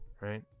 right